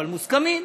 אבל מוסכמים.